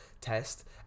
test